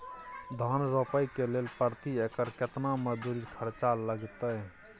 धान रोपय के लेल प्रति एकर केतना मजदूरी खर्चा लागतेय?